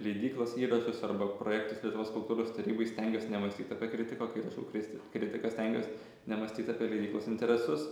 leidyklos įrašus arba projektus lietuvos kultūros tarybai stengiuos nemąstyt apie kritiką o kai rašau kris kritiką stengiuos nemąstyt apie leidyklos interesus